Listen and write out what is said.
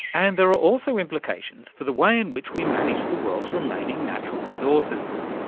and there are also implications for the way in which we manage the world's remaining natural resources.